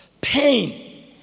pain